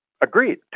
agreed